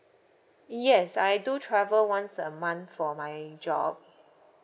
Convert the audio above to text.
yes I do travel once a month for my job